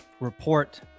report